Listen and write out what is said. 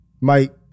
Mike